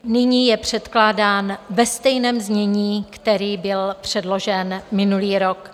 Nyní je předkládán ve stejném znění, ve kterém byl předložen minulý rok.